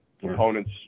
components